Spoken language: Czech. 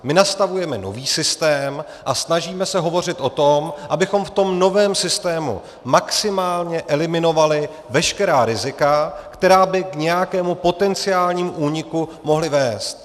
My nastavujeme nový systém a snažíme se hovořit o tom, abychom v tom novém systému maximálně eliminovali veškerá rizika, která by k nějakému potenciálnímu úniku mohla vést.